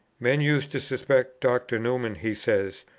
men used to suspect dr. newman, he says,